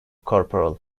corporal